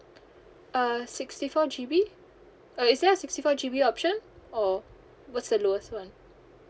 uh sixty four G_B oh it's just sixty four G_B option or what's the lowest RAM